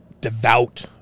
devout